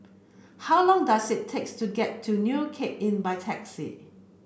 how long does it takes to get to New Cape Inn by taxi